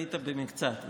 טעית במקצת.